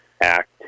act